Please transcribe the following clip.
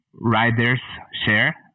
riders-share